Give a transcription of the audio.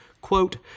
Quote